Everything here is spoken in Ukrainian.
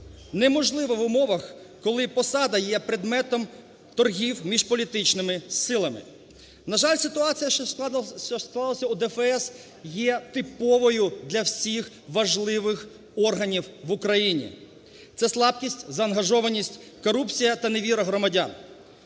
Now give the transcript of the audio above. неможливо в умовах, коли посада є предметом торгів між політичними силами. На жаль, ситуація, що склалася у ДФС, є типовою для всіх важливих органів в Україні. Це слабкість, заангажованість, корупція та невіра громадян.